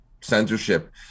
censorship